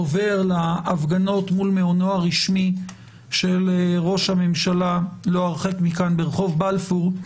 עובר להפגנות מול מעונו הרשמי של ראש הממשלה לא הרחק מכאן ברחוב בלפור,